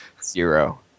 zero